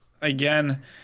Again